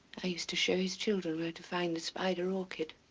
i used to show his children where to find the spider orchid.